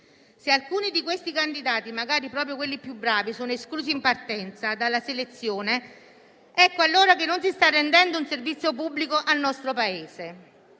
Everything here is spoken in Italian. Se alcuni di questi candidati - magari proprio quelli più bravi - sono esclusi in partenza dalla selezione, non si sta allora rendendo un servizio pubblico al nostro Paese.